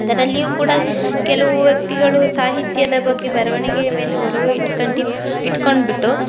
ಅದರಲ್ಲಿಯೂ ಕೂಡ ಕೆಲವು ವ್ಯಕ್ತಿಗಳು ಸಾಹಿತ್ಯದ ಬಗ್ಗೆ ಬರವಣಿಗೆಯ ಮೇಲೆ ಒಲವು ಇಟ್ಕಂಡು ಇಟ್ಕೊಂಡುಬಿಟ್ಟು